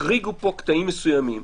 החריגו פה קטעים מסוימים.